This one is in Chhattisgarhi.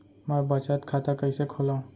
मै बचत खाता कईसे खोलव?